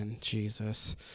Jesus